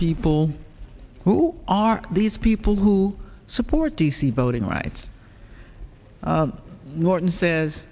people who are these people who support d c voting rights norton says